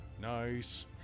Nice